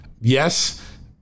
Yes